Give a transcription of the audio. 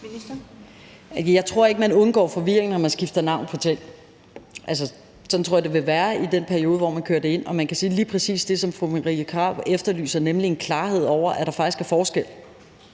Jeg tror ikke, man undgår forvirring, når man skifter navn på ting. Sådan tror jeg det vil være i den periode, hvor man kører det ind, og man kan sige, at lige præcis det, som fru Marie Krarup efterlyser, nemlig en klarhed over, at der faktisk er forskel,